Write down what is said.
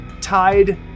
tied